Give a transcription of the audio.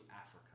Africa